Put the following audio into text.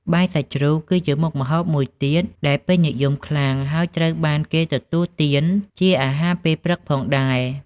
បាយសាច់ជ្រូក គឺជាមុខម្ហូបមួយទៀតដែលពេញនិយមខ្លាំង ហើយត្រូវបានគេទទួលទានជាអាហារពេលព្រឹកផងដែរ។